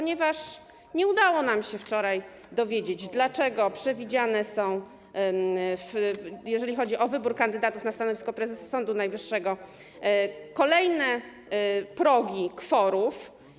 Nie udało nam się wczoraj dowiedzieć, dlaczego są przewidziane, jeżeli chodzi o wybór kandydatów na stanowisko prezesa Sądu Najwyższego, kolejne progi kworów.